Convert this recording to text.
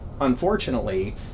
unfortunately